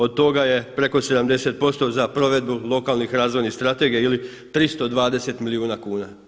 Od toga je preko 70% za provedbu lokalnih razvojnih strategija ili 320 milijuna kuna.